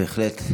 בהחלט.